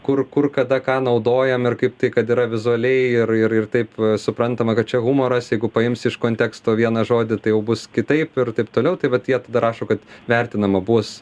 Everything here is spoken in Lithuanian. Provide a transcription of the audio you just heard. kur kur kada ką naudojam ir kaip tai kad yra vizualiai ir ir ir taip suprantama kad čia humoras jeigu paimsi iš konteksto vieną žodį tai jau bus kitaip ir taip toliau tai vat jie rašo kad vertinama bus